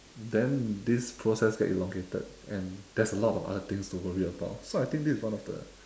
then this process gets elongated and there's a lot of other things to worry about so I think this is one of the